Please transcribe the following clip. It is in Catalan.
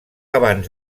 abans